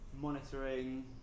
monitoring